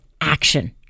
action